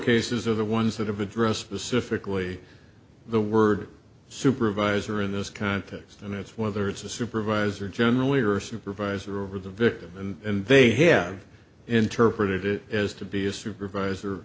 cases are the ones that have addressed specifically the word supervisor in this context and it's whether it's a supervisor generally or supervisor over the victim and they have interpreted it as to be a supervisor